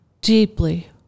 deeply